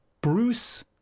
Bruce